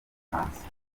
bufaransa